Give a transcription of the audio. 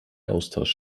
austausch